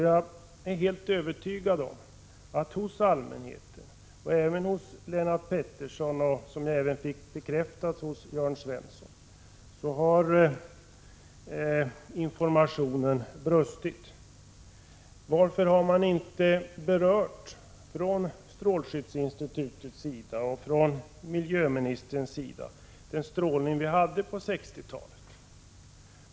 Jag är helt övertygad om att det har varit brister i informationen till allmänheten. Detta har också bekräftats av både Lennart Pettersson och Jörn Svensson. Varför har strålskyddsinstitutet och miljöministern inte berört den strålning vi hade på 60-talet?